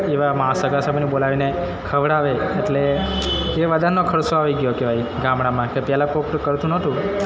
એવામાં સગા સંબંધી બોલાવીને ખવડાવે એટલે એ વધારાનો ખર્ચો આવી ગયો કહેવાય ગામડામાં કે પહેલાં કોઈક તો કરતું નહોતું